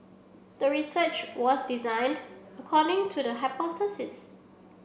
the research was designed according to the hypothesis